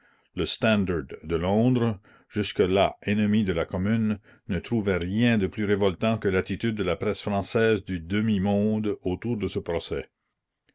le standard de londres jusque-là ennemi de la commune ne trouvait rien de plus révoltant que l'attitude de la presse française du demi monde autour de ce procès